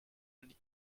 one